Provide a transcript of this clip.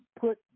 put